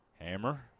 Hammer